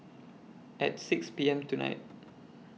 At six P M tonight